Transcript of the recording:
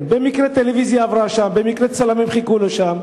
במקרה טלוויזיה עברה שם, במקרה צלמים חיכו לו שם.